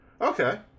Okay